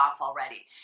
already